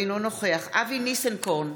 אינו נוכח אבי ניסנקורן,